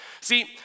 See